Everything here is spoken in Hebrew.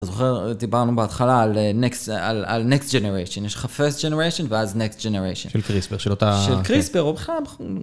זוכר דיברנו בהתחלה על נקסט, על נקסט ג'נריישן, יש לך פרסט ג'נריישן ואז נקסט ג'נריישן. של קריספר, של אותה... של קריספר, או בכלל...